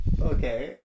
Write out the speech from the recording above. Okay